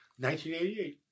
1988